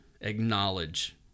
acknowledge